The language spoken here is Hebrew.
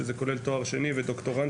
שזה כולל תואר שני ודוקטורנטים.